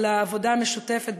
על העבודה המשותפת,